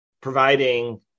providing